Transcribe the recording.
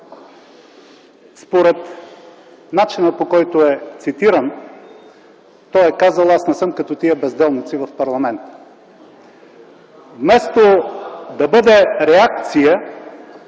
Според начина, по който е, цитирам, той е казал: „Аз не съм като тези безделници в парламента”. Вместо да има реакция